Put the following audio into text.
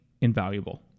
invaluable